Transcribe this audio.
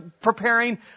preparing